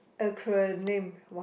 acronym !wow!